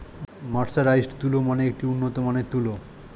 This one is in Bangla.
মার্সারাইজড তুলো মানে একটি উন্নত মানের তুলো